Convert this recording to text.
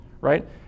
right